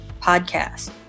podcast